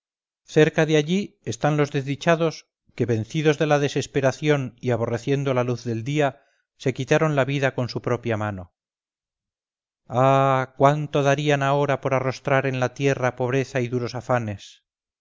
cerca de allí están los desdichados que vencidos de la desesperación y aborreciendo la luz del día se quitaron la vida con su propia mano ah cuánto darían ahora por arrostrar en la tierra pobreza y duros afanes